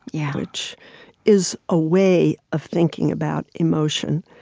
yeah which is a way of thinking about emotion.